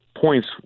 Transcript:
Points